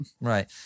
Right